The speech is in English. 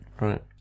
right